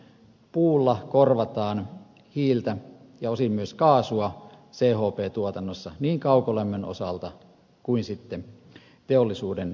puulla korvataan hiiltä ja osin myös kaasua chp tuotannossa niin kaukolämmön osalta kuin teollisuuden puolella